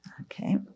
Okay